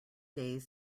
days